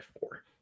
four